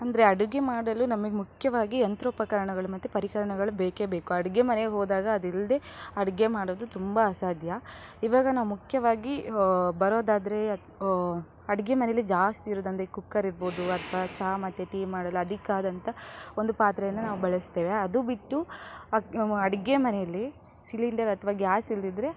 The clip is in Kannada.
ಅಂದರೆ ಅಡುಗೆ ಮಾಡಲು ನಮಗೆ ಮುಖ್ಯವಾಗಿ ಯಂತ್ರೋಪಕರಣಗಳು ಮತ್ತು ಪರಿಕರಗಳು ಬೇಕೇ ಬೇಕು ಅಡುಗೆ ಮನೆಗೋದಾಗ ಅದಿಲ್ಲದೆ ಅಡುಗೆ ಮಾಡೋದು ತುಂಬ ಅಸಾಧ್ಯ ಇವಾಗ ನಾ ಮುಖ್ಯವಾಗಿ ಬರೋದಾದ್ರೆ ಅಡುಗೆ ಮನೆಯಲ್ಲಿ ಜಾಸ್ತಿ ಇರೋದಂದ್ರೆ ಕುಕ್ಕರ್ ಇರ್ಬೋದು ಅಥ್ವಾ ಚಾ ಮತ್ತು ಟೀ ಮಾಡಲು ಅದಕ್ಕಾದಂಥ ಒಂದು ಪಾತ್ರೆಯನ್ನು ನಾವು ಬಳಸ್ತೇವೆ ಅದು ಬಿಟ್ಟು ಅಡುಗೆ ಮನೆಯಲ್ಲಿ ಸಿಲಿಂಡರ್ ಅಥ್ವಾ ಗ್ಯಾಸ್ ಇಲ್ಲದಿದ್ರೆ